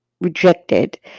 rejected